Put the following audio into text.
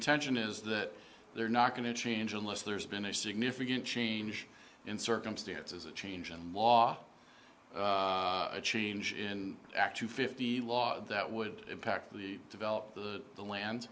intention is that they're not going to change unless there's been a significant change in circumstances a change in law a change in act two fifty law that would impact the developed the